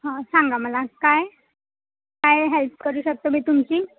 हं सांगा मला काय काय हेल्प करू शकतो मी तुमची